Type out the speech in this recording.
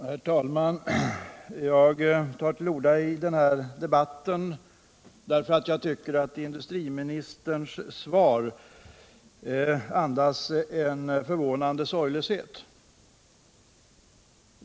Herr talman! Jag tar till orda i denna debatt därför att jag tycker att industriministerns svar andas en förvånande sorglöshet.